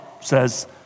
says